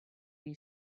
you